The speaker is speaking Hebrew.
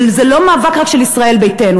זה לא מאבק רק של ישראל ביתנו.